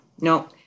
no